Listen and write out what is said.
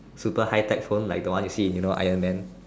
super high tech phone like the one you see you know Iron Man